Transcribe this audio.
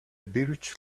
birch